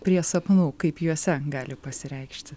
prie sapnų kaip juose gali pasireikšti